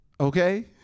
okay